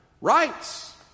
rights